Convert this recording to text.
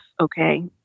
okay